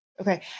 Okay